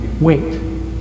wait